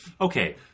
Okay